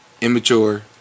immature